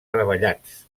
treballats